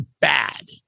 bad